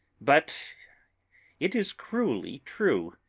but it is cruelly true.